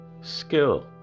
skill